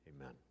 Amen